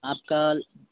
आप कल